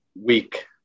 week